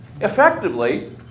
Effectively